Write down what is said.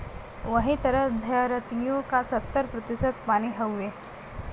वही तरह द्धरतिओ का सत्तर प्रतिशत पानी हउए